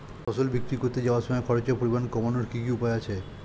ফসল বিক্রি করতে যাওয়ার সময় খরচের পরিমাণ কমানোর উপায় কি কি আছে?